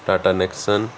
Tata Nexon